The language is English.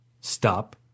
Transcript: Stop